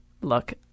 Look